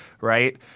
right